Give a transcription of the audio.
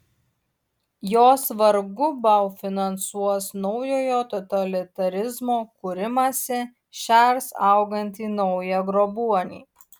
jos vargu bau finansuos naujojo totalitarizmo kūrimąsi šers augantį naują grobuonį